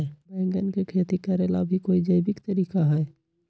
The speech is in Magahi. बैंगन के खेती भी करे ला का कोई जैविक तरीका है?